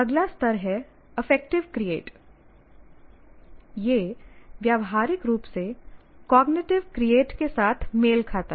अगला स्तर है अफेक्टिव क्रिएट यह व्यावहारिक रूप से कॉग्निटिव क्रिएट के साथ मेल खाता है